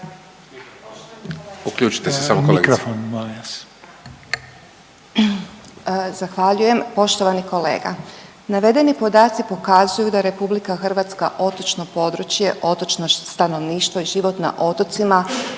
Zahvaljujem. Poštovani kolega navedeni podaci pokazuju da je Republika Hrvatska otočno područje, otočno stanovništvo i život na otocima